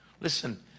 Listen